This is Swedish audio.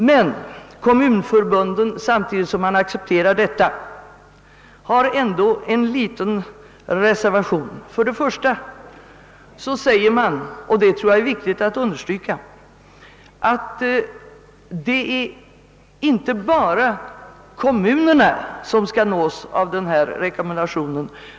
Men kommunförbunden gör ändå, samtidigt som detta accepteras, en liten reservation. Man säger, vilket jag tror är viktigt att understryka, att inte bara kommunerna skall nås av rekommendationen.